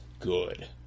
good